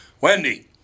Wendy